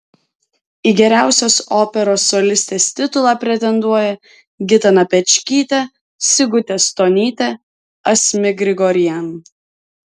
į geriausios operos solistės titulą pretenduoja gitana pečkytė sigutė stonytė asmik grigorian